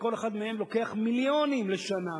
שכל אחד מהם לוקח שכר מיליונים לשנה,